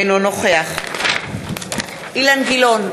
אינו נוכח אילן גילאון,